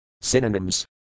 Synonyms